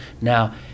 Now